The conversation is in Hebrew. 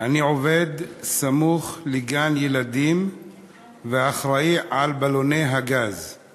אני עובד סמוך לגן-ילדים ואחראי על בלוני הגז /